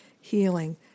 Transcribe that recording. healing